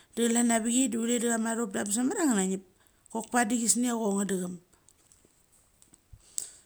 Da klan chia vechai da kama athop da abes mamarchia ugena hep, chok vadi chusenia cho ngedacham.